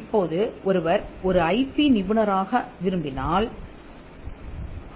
இப்போது ஒருவர் ஒரு ஐபி நிபுணராக ஆக விரும்பினால்